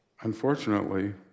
Unfortunately